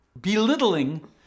belittling